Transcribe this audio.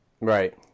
right